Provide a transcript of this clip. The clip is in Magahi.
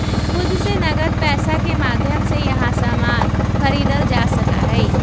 खुद से नकद पैसा के माध्यम से यहां सामान खरीदल जा सका हई